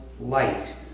Light